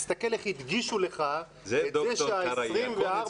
תסתכל איך הדגישו לך את זה ש-24 השקלים